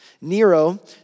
Nero